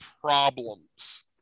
problems